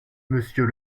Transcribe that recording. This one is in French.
monsieur